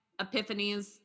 epiphanies